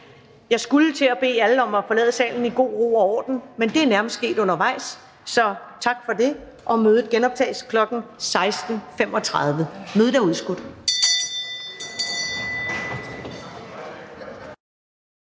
Jeg skulle til at bede alle om at forlade salen i god ro og orden, men det er nærmest sket undervejs, så tak for det. Mødet genoptages kl. 16.35. Mødet er udsat.